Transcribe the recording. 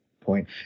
point